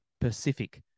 Pacific